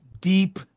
deep